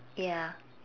ya